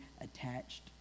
attached